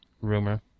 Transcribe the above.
rumor